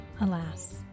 Alas